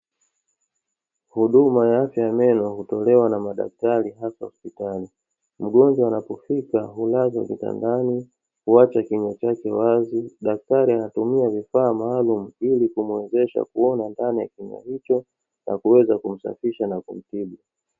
Huduma ya afya ya meno hutolewa na madaktari hasa hospitali. Mgonjwa anapofika hulazwa kitandani, huacha kinywa chake wazi; daktati anatumia vifaa maalumu ili kumuwezesha kuona ndani ya kinywa hicho, na kuweza kumsafisha na kumtibu.